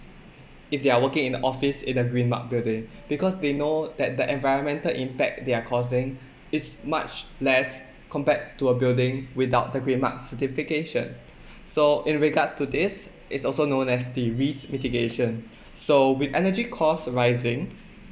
if they are working in the office in a green mark building because they know that the environmental impact they are causing it's much less compared to a building without the green mark certification so in regard to this is also known as the risk mitigation so with energy costs rising